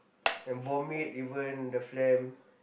and vomit even the phlegm